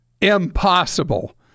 Impossible